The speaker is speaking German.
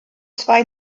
zwei